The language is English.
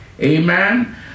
Amen